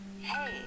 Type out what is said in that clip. Hey